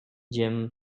jim